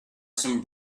some